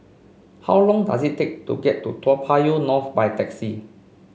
how long does it take to get to Toa Payoh North by taxi